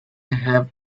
have